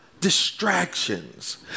Distractions